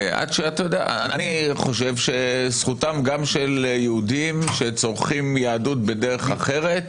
אני חושב שזכותם גם של יהודים שצורכים יהדות בדרך אחרת,